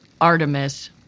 Artemis